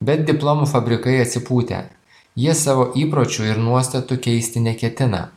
bet diplomų fabrikai atsipūtę jie savo įpročių ir nuostatų keisti neketina